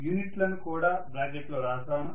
యూనిట్లను కూడా బ్రాకెట్లో వ్రాస్తాను